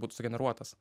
būtų sugeneruotas